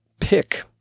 pick